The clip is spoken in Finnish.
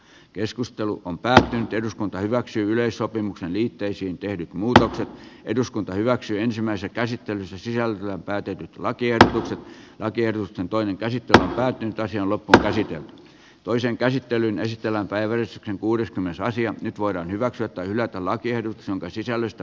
keskustelu on päättynyt eduskunta hyväksyy yleissopimuksen liitteisiin tehdyt muutokset eduskunta hyväksyi ensimmäiset tai sitten se siellä päätetyt lakiehdotukset ja kielten toinen käsi tähtääkin taisi olla presidentti toisen käsittelyn esitellä päivän yskän kuudeskymmenes nyt voidaan hyväksyä tai hylätä lakiehdotus jonka sisällöstä